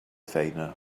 feina